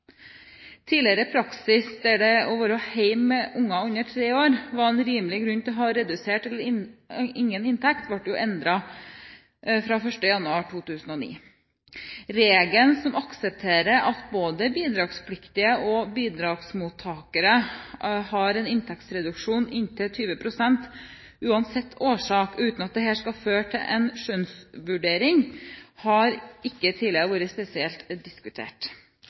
Tidligere praksis, der det å være hjemme med barn under tre år var en rimelig grunn til å ha redusert eller ingen inntekt, ble endret fra 1. januar 2009. Regelen der en aksepterer at både bidragspliktige og bidragsmottakere har en inntektsreduksjon på inntil 20 pst., uansett årsak og uten at dette skal føre til en skjønnsvurdering, har ikke tidligere vært diskutert spesielt.